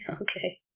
Okay